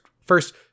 first